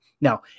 Now